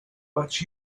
but